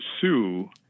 Sue